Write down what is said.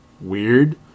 weird